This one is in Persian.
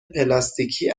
پلاستیکی